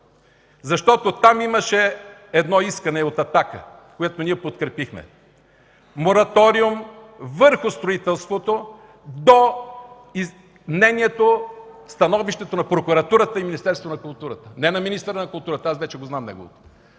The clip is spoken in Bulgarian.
защото там имаше едно искане от „Атака”, което ние подкрепихме: мораториум върху строителството до мнението, становището на Прокуратурата и Министерството на културата, не на министъра на културата, аз вече го знам неговото.